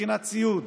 מבחינת ציוד.